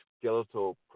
skeletal